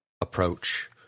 approach